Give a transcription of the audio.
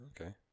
Okay